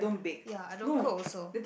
ya I don't cook also